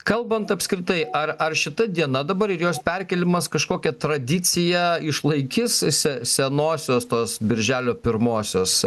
kalbant apskritai ar ar šita diena dabar ir jos perkėlimas kažkokia tradicija išlaikys se senosios tos birželio pirmosios